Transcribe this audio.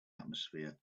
atmosphere